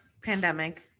pandemic